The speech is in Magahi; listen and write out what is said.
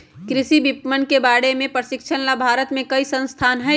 कृषि विपणन के बारे में प्रशिक्षण ला भारत में कई संस्थान हई